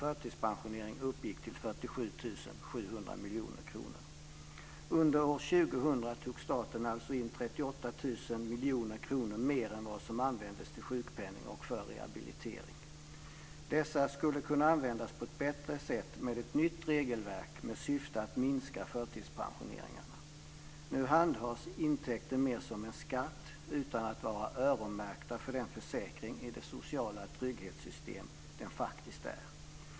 Under år 2000 tog staten alltså in 38 000 miljoner kronor mer än vad som användes till sjukpenning och för rehabilitering. Dessa pengar skulle kunna användas på ett bättre sätt med ett nytt regelverk med syfte att minska förtidspensioneringarna. Nu handhas intäkten mer som en skatt utan att vara öronmärkt för den försäkring i det sociala trygghetssystem som den faktiskt är.